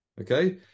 Okay